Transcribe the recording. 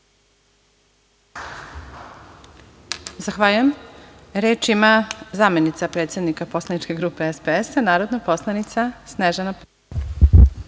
Zahvaljujem. Reč ima zamenica predsednika poslaničke grupe SPS, narodna poslanica Snežana